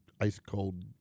ice-cold